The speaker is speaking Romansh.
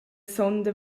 sonda